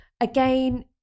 Again